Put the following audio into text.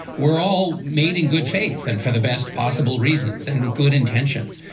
we're all made in good faith and for the best possible reasons and with good intentions.